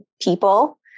people